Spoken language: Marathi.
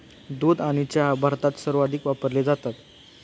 दूध आणि चहा भारतात सर्वाधिक वापरले जातात